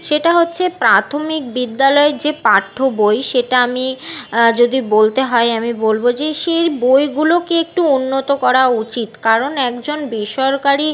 সেটা হচ্ছে প্রাথমিক বিদ্যালয়ের যে পাঠ্য বই সেটা আমি যদি বলতে হয় আমি বলব যে সেই বইগুলোকে একটু উন্নত করা উচিত কারণ একজন বেসরকারি